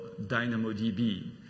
DynamoDB